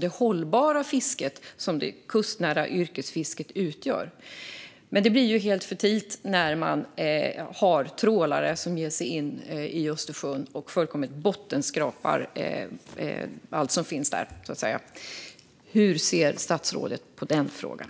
det hållbara fiske som det kustnära yrkesfisket utgör. Men det blir ju helt futilt när man har trålare som ger sig in i Östersjön och fullkomligt bottenskrapar allt som finns där. Hur ser statsrådet på den frågan?